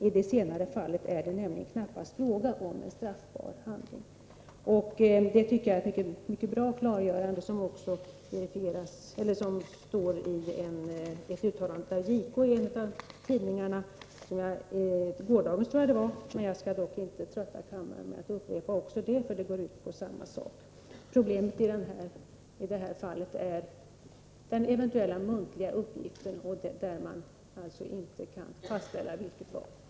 I det senare fallet är det nämligen knappast fråga om en straffbar handling.” Det tycker jag är ett mycket bra klargörande. Samma uttalande görs av JK i en tidning från gårdagen, tror jag det var. Jag skall dock inte trötta kammaren med att upprepa också vad JK säger, för det går ut på samma sak. Problemet i detta fall är den eventuella muntliga uppgiften och att vi inte kan fastställa riktigt vad som har skett.